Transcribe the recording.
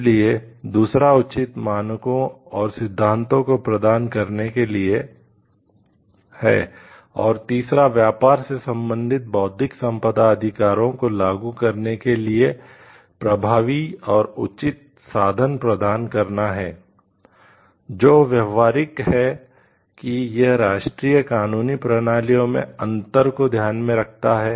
इसलिए दूसरा उचित मानकों और सिद्धांतों को प्रदान करने के लिए है और तीसरा व्यापार से संबंधित बौद्धिक संपदा अधिकारों को लागू करने के लिए प्रभावी और उचित साधन प्रदान करना है जो व्यावहारिक है कि यह राष्ट्रीय कानूनी प्रणालियों में अंतर को ध्यान में रखता है